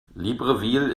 libreville